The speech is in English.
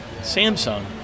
Samsung